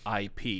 IP